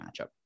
matchup